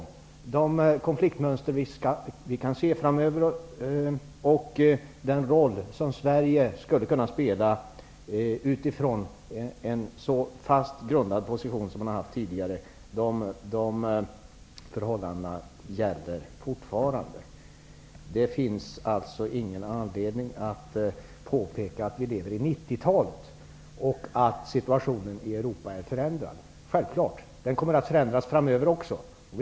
Förhållandet med de konfliktmönster som vi nu kan se och den roll som Sverige kan spela utifrån en så fast grundad position som vi tidigare har haft gäller fortfarande. Det finns alltså ingen anledning att påpeka att vi lever i 1990-talet och att situationen i Europa är förändrad. Det kommer självklart att förändras även framöver.